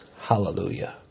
Hallelujah